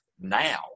now